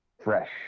Fresh